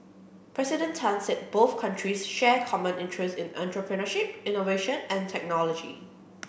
President Tan said both countries share common interests in entrepreneurship innovation and technology